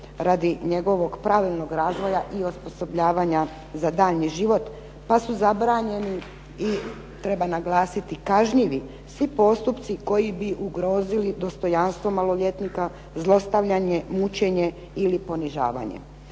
radi njegovog pravilnog razvoja i osposobljavanja za daljnji život pa su zabranjeni i treba naglasiti kažnjivi svi postupci koji bi ugrozili dostojanstvo maloljetnika, zlostavljanje, mučenje ili ponižavanje.